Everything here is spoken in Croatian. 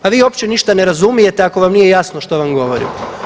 Pa vi uopće ništa ne razumijete ako vam nije jasno što vam govorim.